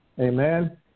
Amen